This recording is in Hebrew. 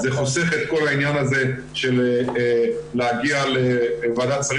זה חוסך את כל העניין הזה של להגיע לוועדת שרים